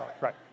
right